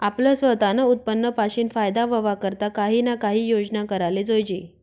आपलं सवतानं उत्पन्न पाशीन फायदा व्हवा करता काही ना काही योजना कराले जोयजे